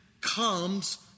comes